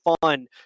fun